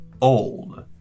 old